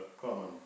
common